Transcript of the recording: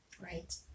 right